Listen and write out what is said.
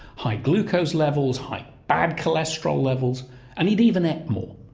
high glucose levels, high bad cholesterol levels and it even ate more,